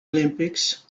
olympics